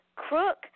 Crook